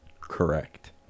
Correct